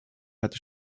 hatte